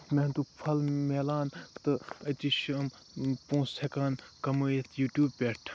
محنتُک پھل میلان تہٕ أتی چھِ یِم پونٛسہٕ ہٮ۪کان کَمٲیِتھ یوٗٹوٗب پٮ۪ٹھ